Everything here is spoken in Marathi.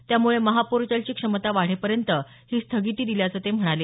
त्यामुळे महापोर्टलची क्षमता वाढेपर्यंत ही स्थगिती दिल्याचं ते म्हणाले